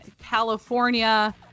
california